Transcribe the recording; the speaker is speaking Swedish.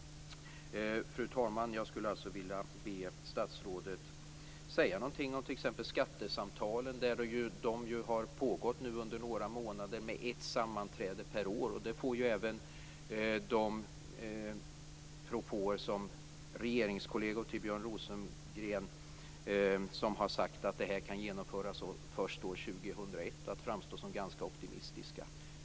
Fru talman! Jag vill alltså be statsrådet att säga någonting om t.ex. skattesamtalen. De har pågått nu ett tag med ett sammanträde per år. Det får ju propåerna från Björn Rosengrens partikamrater om att detta kan genomföras först år 2001 att framstå som ganska optimistiska.